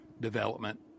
development